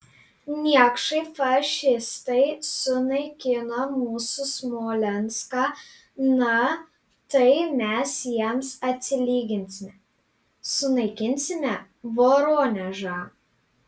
niekšai fašistai sunaikino mūsų smolenską na tai mes jiems atsilyginsime sunaikinsime voronežą